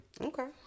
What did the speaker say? Okay